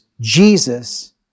Jesus